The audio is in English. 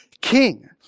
king